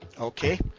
Okay